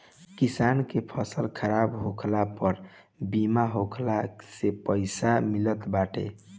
किसानन के फसल खराब होखला पअ बीमा होखला से पईसा मिलत बाटे